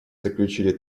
заключили